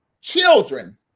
children